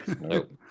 Nope